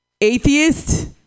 Atheist